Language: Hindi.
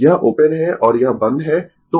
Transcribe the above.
यह ओपन है और यह बंद है